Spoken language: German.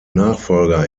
nachfolger